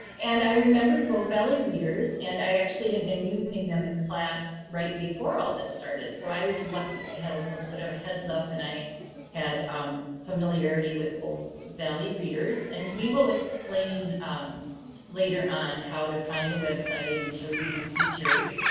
and i remembered bow valley readers. and i actually had been using them in class right before all this started. so i was lucky, i had a little bit of a heads up and i had familiarity with bow valley readers. and we will explain later on how to find the website and show you some features.